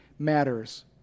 matters